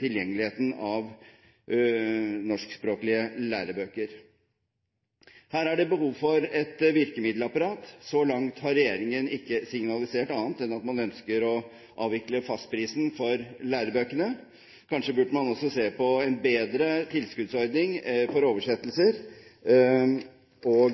tilgjengeligheten av norskspråklige lærebøker. Her er det behov for et virkemiddelapparat. Så langt har regjeringen ikke signalisert annet enn at man ønsker å avvikle fastprisen for lærebøkene. Kanskje burde man også se på en bedre tilskuddsordning med hensyn til oversettelser og